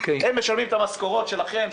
הם משלמים את המשכורות שלכם,